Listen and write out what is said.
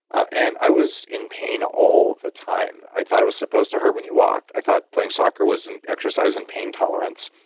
and i was in pain all the time. i thought it was supposed to hurt when you walk. i thought playing soccer was an exercise in pain tolerance.